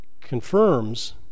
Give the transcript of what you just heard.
confirms